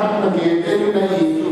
8, מתנגד אחד ואין נמנעים.